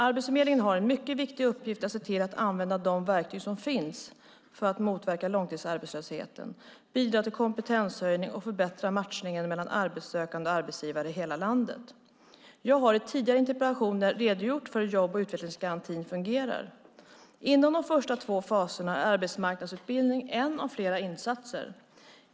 Arbetsförmedlingen har en mycket viktig uppgift att se till att använda de verktyg som finns för att motverka långtidsarbetslösheten, bidra till kompetenshöjning och förbättra matchningen mellan arbetssökande och arbetsgivare i hela landet. Jag har i tidigare svar på interpellationer redogjort för hur jobb och utvecklingsgarantin fungerar. Inom de första två faserna är arbetsmarknadsutbildning en av flera insatser.